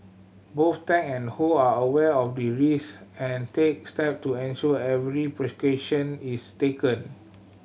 both Tang and Ho are aware of the risk and take step to ensure every precaution is taken